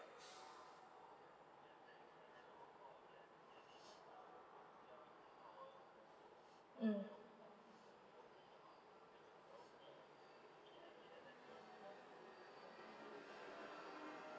mm